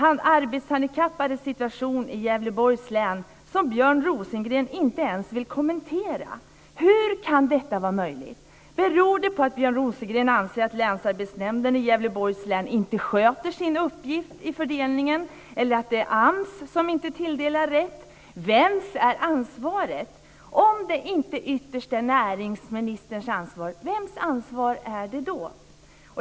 De arbetshandikappades situation i Gävleborgs län vill Björn Rosengren inte ens kommentera. Hur kan detta vara möjligt? Beror det på att Björn Rosengren anser att Länsarbetsnämnden i Gävleborgs län inte sköter sin uppgift i fördelningen, eller är det AMS som inte tilldelar rätt? Vems är ansvaret? Om det inte ytterst är näringsministerns ansvar, vems är det då?